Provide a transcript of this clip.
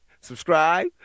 subscribe